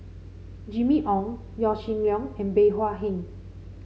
Jimmy Ong Yaw Shin Leong and Bey Hua Heng